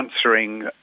answering